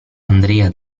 andrea